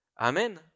Amen